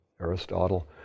Aristotle